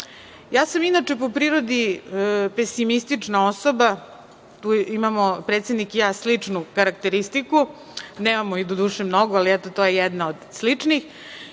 ja sam po prirodi pesimistična osoba, tu imamo predsednik i ja sličnu karakteristiku, nemamo ih, doduše, mnogo, ali, eto, to je jedna od sličnih.